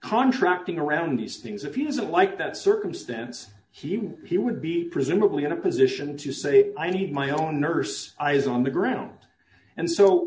contracting around these things if you doesn't like that circumstance he knew he would be presumably in a position to say i need my own nurse eyes on the ground and so